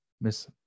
Miss